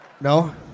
No